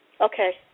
Okay